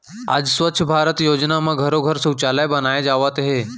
आज स्वच्छ भारत योजना म घरो घर सउचालय बनाए जावत हे